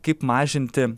kaip mažinti